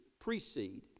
precede